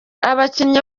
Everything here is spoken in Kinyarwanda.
abakinnyi